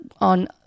on